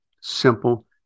simple